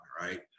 right